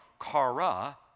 kara